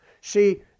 See